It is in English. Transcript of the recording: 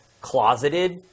closeted